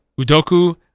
Udoku